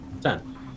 Ten